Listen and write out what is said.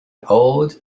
old